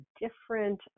different